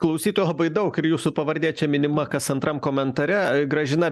klausytojų labai daug ir jūsų pavardė čia minima kas antram komentare gražina